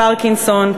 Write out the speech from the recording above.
פרקינסון,